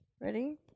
Ready